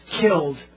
killed